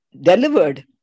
delivered